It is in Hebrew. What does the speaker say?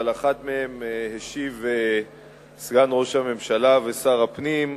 על אחת מהן השיב סגן ראש הממשלה ושר הפנים,